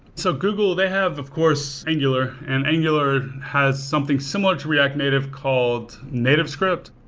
so google, they have, of course, angular. and angular has something similar to react native called native script.